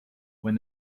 when